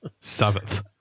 Seventh